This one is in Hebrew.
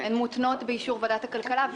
ההארכות מותנות באישור ועדת הכלכלה.